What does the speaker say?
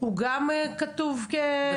הוא גם כתוב כ"יד שנייה"?